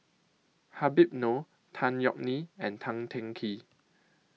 Habib Noh Tan Yeok Nee and Tan Teng Kee